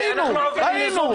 ראינו, ראינו.